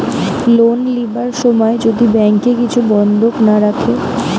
loan লিবার সময় যদি ব্যাংকে কিছু বন্ধক না রাখে